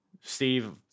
Steve